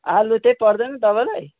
आलु चाहिँ पर्दैन तपाईँलाई